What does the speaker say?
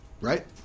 Right